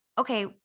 okay